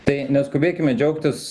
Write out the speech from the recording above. tai neskubėkime džiaugtis